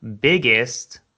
biggest